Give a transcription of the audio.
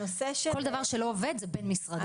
כל דבר שלא עובד זה "בין משרדי".